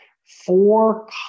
four